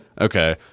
Okay